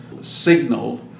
signal